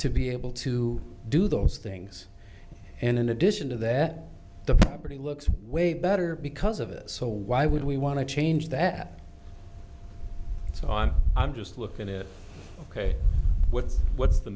to be able to do those things and in addition to that the property looks way better because of it so why would we want to change that so i'm i'm just looking at ok what's what's the